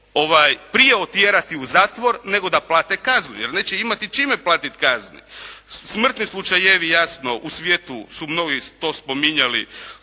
prije otjerati u zatvor nego da plate kaznu, jer neće imati čime platiti kazne. Smrtni slučajevi jasno u svijetu su mnogi to spominjali,